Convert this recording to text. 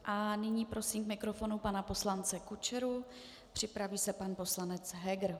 A nyní prosím k mikrofonu pana poslance Kučeru, připraví se pan poslanec Heger.